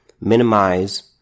minimize